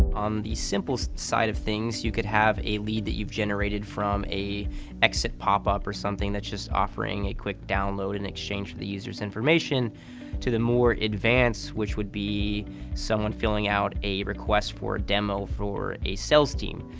on the simple side of things, you could have a lead that you've generated from a exit pop-up or something that's just offering a quick download in exchange the user's information to the more advanced which would be someone filling out a request for demo for a sales team.